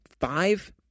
five